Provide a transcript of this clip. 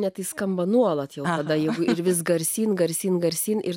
ne tai skamba nuolat verda jau ir vis garsyn garsyn garsyn ir